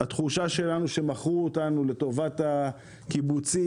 התחושה שלנו שמכרו אותנו לטובת הקיבוצים,